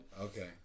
Okay